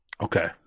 Okay